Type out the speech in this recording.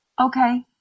okay